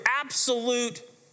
absolute